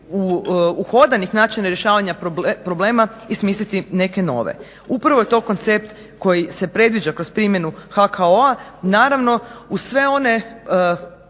uhodanih načina rješavanja problema i smisliti neke nove. Upravo je to koncept koji se predviđa kroz primjenu HKO-a, naravno uz sve one